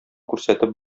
күрсәтеп